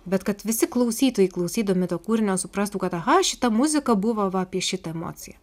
bet kad visi klausytojai klausydami to kūrinio suprastų kad aha šita muzika buvo va apie šitą emociją